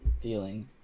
feeling